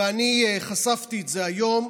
אני חשפתי את זה היום,